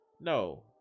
no